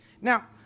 Now